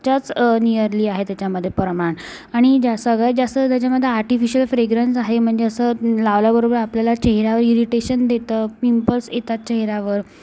च्याच निअरली आहे त्याच्यामध्ये प्रमाण आणि सगळ्यात जास्त त्याच्यामध्ये आर्टिफिशियल फ्रेग्रंस आहे म्हणजे असं लावल्याबरोबर आपल्याला चेहऱ्यावर इरीटेशन देतं पिंपल्स येतात चेहऱ्यावर